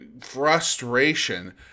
frustration